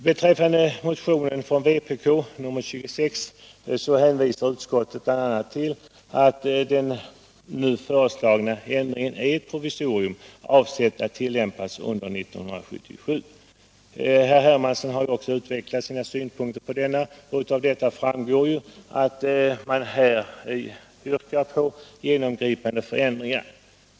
I fråga om motionen nr 26 från vpk hänvisar utskottet bl.a. till att den nu föreslagna ändringen är ett provisorium, avsett att tillämpas under 1977. Herr Hermansson har också utvecklat sina synpunkter i detta avseende, och därav framgår ju att man yrkar på genomgripande förändringar.